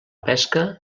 pesca